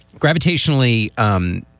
gravitationally um